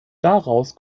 daraus